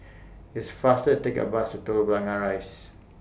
It's faster to Take The Bus to Telok Blangah Rise